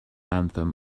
anthem